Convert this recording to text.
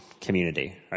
community